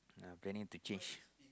I planning to change